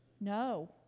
No